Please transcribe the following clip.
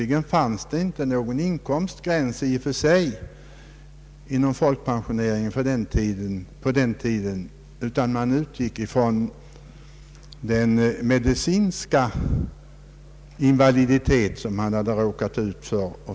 Det fanns inte någon inkomstgräns i och för sig inom folkpensioneringen på den tiden, utan man utgick från den medicinska invaliditet som vederbörande råkat ut för.